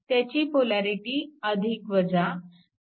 त्याची पोलॅरिटी आहे